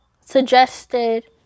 suggested